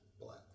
black